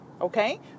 Okay